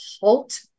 halt